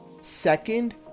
second